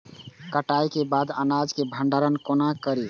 कटाई के बाद अनाज के भंडारण कोना करी?